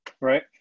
right